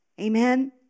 Amen